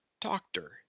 doctor